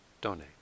donate